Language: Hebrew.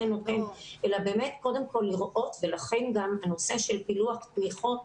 אלא באמת קודם כל לראות ולכן גם הנושא של פילוח תמיכות,